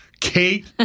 Kate